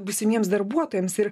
būsimiems darbuotojams ir